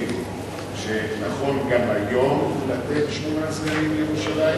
חושב שנכון גם היום לתת שמונה סגנים לירושלים?